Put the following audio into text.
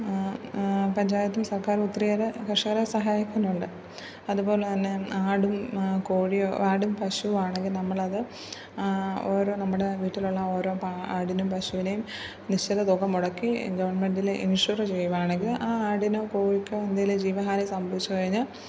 പഞ്ചായത്തും സർക്കാരും ഒത്തിരിയേറെ കർഷകരെ സഹായിക്കുന്നുണ്ട് അതുപോലെത്തന്നെ ആടും കോഴിയും ആടും പശു ആണെങ്കിൽ നമ്മളത് ഓരോ നമ്മുടെ വീട്ടിലുള്ള ഒരു ആടിനേയും പശുവിനേയും നിശ്ചിതതുക മുടക്കി ഗവൺമെൻറ്റിൽ ഇൻഷുറു ചെയ്യുകയാണെങ്കിൽ ആ ആടിനോ കോഴിക്കോ എന്തെങ്കിലും ജീവഹാനി സംഭവിച്ചുകഴിഞ്ഞാൽ